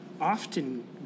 often